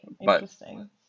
Interesting